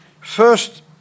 First